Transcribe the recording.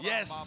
Yes